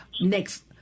next